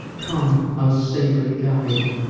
come, unsavoury guide!